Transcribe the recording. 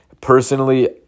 personally